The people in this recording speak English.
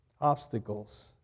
Obstacles